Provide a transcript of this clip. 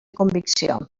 convicció